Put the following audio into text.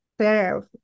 serve